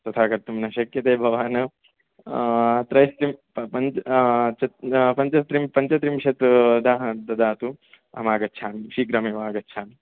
तथा कर्तुं न शक्यते भवान् पञ्चत्रिंशत् ददातु अहम् आगच्छामि शीघ्रम् एव आगच्छामि